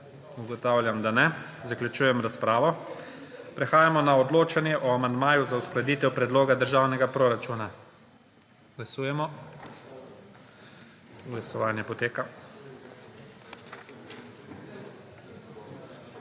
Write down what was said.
Ugotavljam, da ne. Zaključujem razpravo. Prehajamo na odločanje o amandmaju za uskladitev predloga državnega proračuna. Glasujemo. Navzočih je